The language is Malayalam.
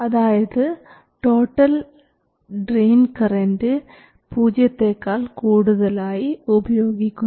അതായത് ടോട്ടൽ ഡ്രെയിൻ കറൻറ് പൂജ്യത്തെക്കാൾ കൂടുതലായി ഉപയോഗിക്കുന്നു